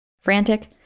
Frantic